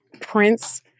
Prince